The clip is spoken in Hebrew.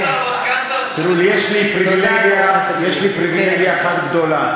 תראו, יש לי פריבילגיה אחת גדולה: